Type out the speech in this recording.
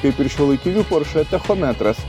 kaip ir šiuolaikinių porsche tachometras